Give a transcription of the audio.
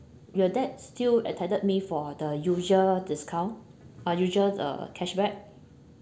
will that still attended me for the usual discount uh usual uh cashback